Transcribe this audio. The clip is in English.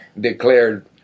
declared